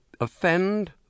offend